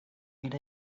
and